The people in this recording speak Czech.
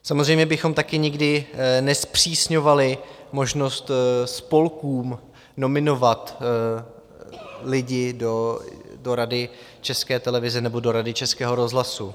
Samozřejmě bychom taky nikdy nezpřísňovali možnost spolkům nominovat lidi do Rady České televize nebo do Rady Českého rozhlasu.